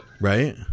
Right